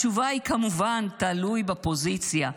התשובה היא כמובן תלוי בפוזיציה.